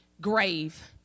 grave